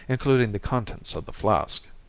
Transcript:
including the contents of the flask.